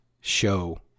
show